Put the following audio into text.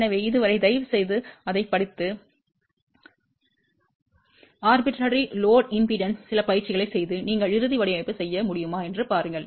எனவே அதுவரை தயவுசெய்து அதைப் படித்து தன்னிச்சையான சுமை மின்மறுப்புடன் சில பயிற்சிகளைச் செய்து நீங்கள் இறுதி வடிவமைப்பு செய்ய முடியுமா என்று பாருங்கள்